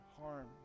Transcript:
harm